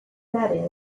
that